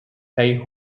pei